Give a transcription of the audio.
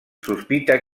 sospita